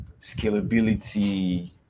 scalability